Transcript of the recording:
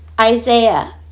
Isaiah